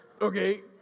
Okay